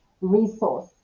resource